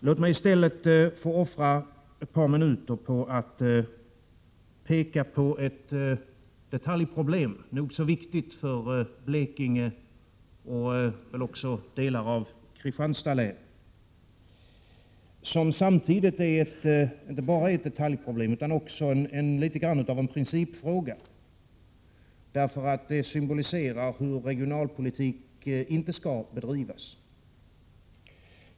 Låt mig i stället offra ett par minuter på att peka på ett nog så viktigt detaljproblem för Blekinge, och kanske också för delar av Kristianstads län. Det rör sig inte bara om ett detaljproblem, utan det är dessutom litet grand av en principfråga, eftersom hanteringen av problemet visar hur regionalpolitik inte skall bedrivas.